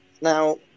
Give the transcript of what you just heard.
Now